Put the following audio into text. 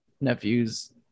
nephew's